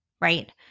right